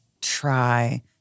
try